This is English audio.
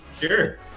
Sure